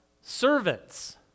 servants